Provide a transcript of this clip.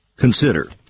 Consider